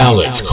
Alex